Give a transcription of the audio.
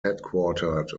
headquartered